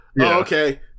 Okay